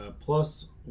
plus